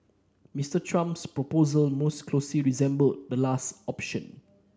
Mister Trump's proposal most closely resembled the last option